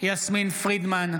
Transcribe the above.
יסמין פרידמן,